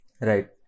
Right